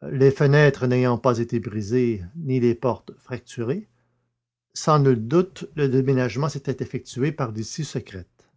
les fenêtres n'ayant pas été brisées ni les portes fracturées sans nul doute le déménagement s'était effectué par l'issue secrète